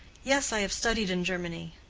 yes, i have studied in germany.